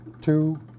two